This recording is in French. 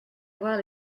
voir